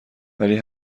ولی